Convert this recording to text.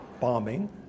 bombing